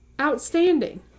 Outstanding